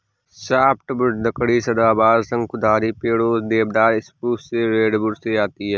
softwood लकड़ी सदाबहार, शंकुधारी पेड़ों, देवदार, स्प्रूस, रेडवुड से आती है